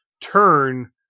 turn